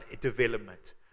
development